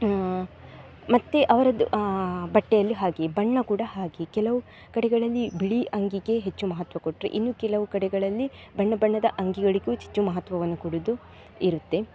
ಮತ್ತು ಅವರದ್ದು ಬಟ್ಟೆಯಲ್ಲಿ ಹಾಗೇ ಬಣ್ಣ ಕೂಡ ಹಾಗೇ ಕೆಲವು ಕಡೆಗಳಲ್ಲಿ ಬಿಳಿ ಅಂಗಿಗೆ ಹೆಚ್ಚು ಮಹತ್ವ ಕೊಟ್ಟರೆ ಇನ್ನೂ ಕೆಲವು ಕಡೆಗಳಲ್ಲಿ ಬಣ್ಣ ಬಣ್ಣದ ಅಂಗಿಗಳಿಗೂ ಹೆಚ್ಚೆಚ್ಚು ಮಹತ್ವವನ್ನು ಕೊಡುವುದು ಇರುತ್ತೆ